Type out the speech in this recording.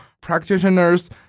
practitioners